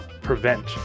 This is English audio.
prevent